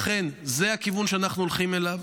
לכן זה הכיוון שאנחנו הולכים אליו.